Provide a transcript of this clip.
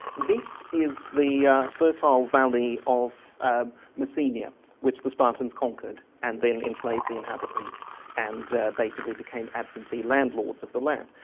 this is the fertile valley of messenia which the spartans conquered and then enslaved the inhabitants and basically became absentee landlords of the land.